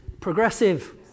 progressive